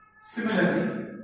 Similarly